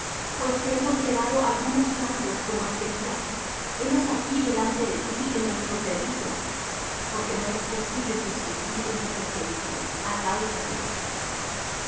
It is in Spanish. pues que hemos quedado algunossalvos como este día henos aquí delante de ti en nuestros delitos porque no es posible subsistir en tu presencia á causa de esto